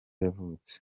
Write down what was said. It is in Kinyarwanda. yavutse